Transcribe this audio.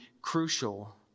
crucial